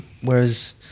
whereas